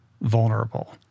vulnerable